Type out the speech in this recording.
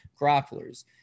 grapplers